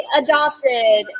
adopted